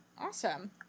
Awesome